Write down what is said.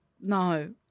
No